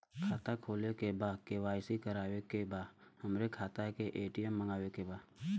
खाता खोले के बा के.वाइ.सी करावे के बा हमरे खाता के ए.टी.एम मगावे के बा?